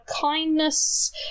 kindness